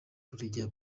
buregeya